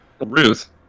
Ruth